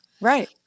Right